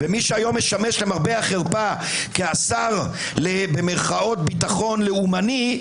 ומי שהיום משמש למרבה החרפה כשר "לביטחון לאומני",